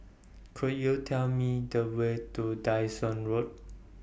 Could YOU Tell Me The Way to Dyson Road